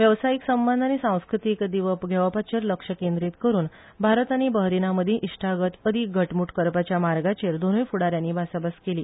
वेवसायीक संबंद आनी सांस्कृतिक दिवप घेवपाचेर लक्ष केंद्रित करुन भारत आनी बहरीनामदी इश्टागत अदिक घटमूट करपाच्या मार्गांचेर दोनूय फुडा यानी भासाभास केली